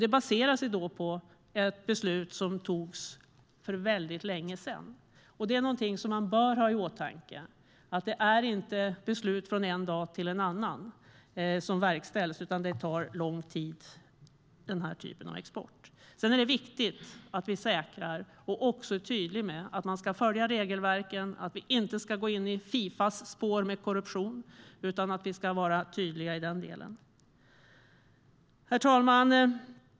Detta baserar sig på ett beslut som togs för länge sedan. Man bör ha i åtanke att det inte är beslut som verkställs från en dag till en annan, utan denna typ av export tar lång tid. Det är viktigt att vi säkrar och är tydliga med att regelverken ska följas. Vi ska inte gå i Fifas spår med korruption, utan vi ska vara tydliga i detta. Herr talman!